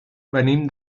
venim